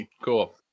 cool